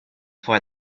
for